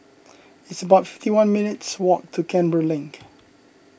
it's about fifty one minutes' walk to Canberra Link